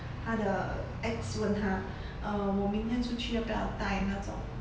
她的 ex 问他 err 我明天出去要不要带那种